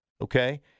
okay